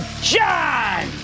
John